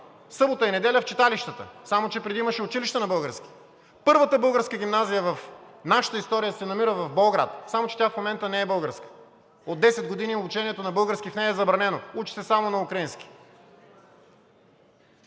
събота и в неделя в читалищата, само че преди имаше училища на български. Първата българска гимназия в нашата история се намира в Болград, само че тя в момента не е българска – от десет години обучението на български в нея е забранено, учи се само на украински.